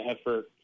effort